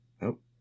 Nope